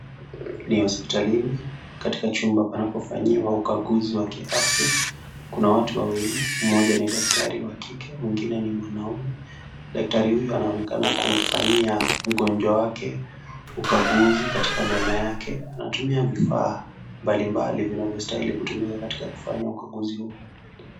Ni hospitalini, katika chumba panapofanyiwa ukaguzi wa kiafya. Kuna watu wawili, mmoja ni daktari wa kike, mwingine ni mwanaume. Daktari huyu anaonekana kumfanyia mgonjwa wake ukaguzi katika meno yake, anatumia vifaa mbalimbali vinavyostahili kutumika katika kufanya ukaguzi huu.